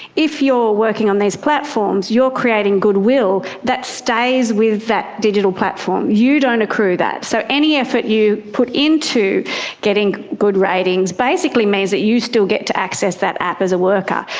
if you are working on these platforms, you are creating goodwill, that stays with that digital platform, you don't accrue that. so any effort you put into getting good ratings basically means that you still get to access that app as a worker.